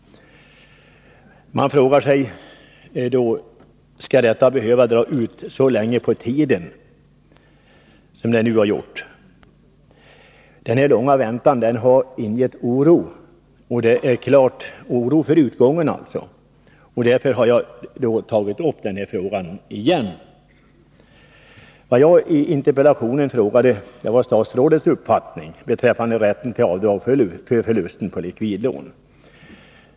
Man frågar sig om detta skall behöva ta så lång tid som det nu har gjort. Den här långa väntan har ingett oro för utgången, och därför har jag tagit upp den här frågan igen. Jag frågade i interpellationen om statsrådets uppfattning beträffande rätten till avdrag för förlust på likvidlån.